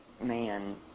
man